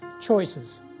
Choices